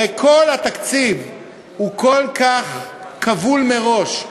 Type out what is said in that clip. הרי כל התקציב הוא כל כך כבול מראש,